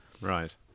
Right